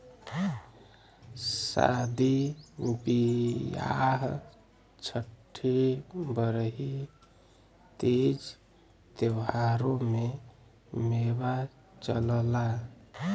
सादी बिआह छट्ठी बरही तीज त्योहारों में मेवा चलला